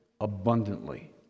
abundantly